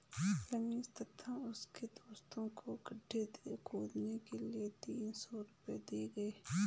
रमेश तथा उसके दोस्तों को गड्ढे खोदने के लिए तीन सौ रूपये दिए गए